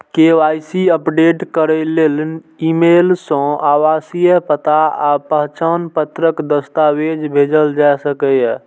KYC update करै लेल email सं आवासीय पता आ पहचान पत्रक दस्तावेज भेजल जा सकैए